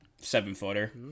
Seven-footer